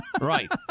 Right